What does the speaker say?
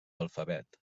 alfabet